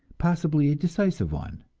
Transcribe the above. possibly a decisive one.